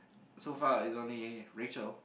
so far it's only Rachel